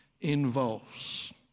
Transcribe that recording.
involves